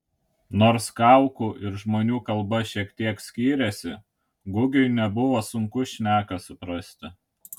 nors kaukų ir žmonių kalba šiek tiek skyrėsi gugiui nebuvo sunku šneką suprasti